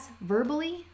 verbally